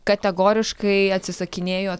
kategoriškai atsisakinėjo